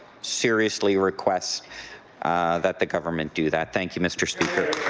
seriously request that the government do that. thank you, mr. speaker.